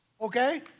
Okay